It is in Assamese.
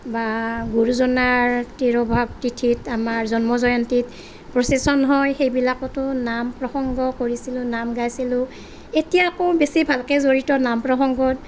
বা গুৰুজনাৰ তিৰোভাৱ তিথিত আমাৰ জন্ম জয়ন্তীত প্ৰ'চেশ্যন হয় সেইবিলাকতো নাম প্ৰসংগ কৰিছিলোঁ নাম গাইছিলোঁ এতিয়া আকৌ বেছি ভালকে জড়িত নাম প্ৰসংগত